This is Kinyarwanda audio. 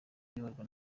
iyoborwa